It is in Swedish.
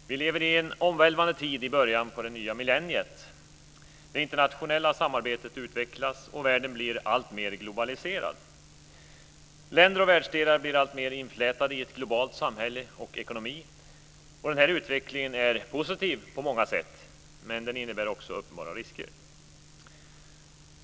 Herr talman! Vi lever i en omvälvande tid i början av det nya millenniet. Det internationella samarbetet utvecklas, och världen blir alltmer globaliserad. Länder och världsdelar blir alltmer inflätade i ett globalt samhälle och en global ekonomi. Den här utvecklingen är positiv på många sätt, men den innebär också uppenbara risker.